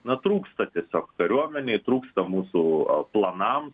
na trūksta tiesiog kariuomenei trūksta mūsų planams